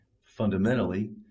Fundamentally